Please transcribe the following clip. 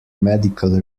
medical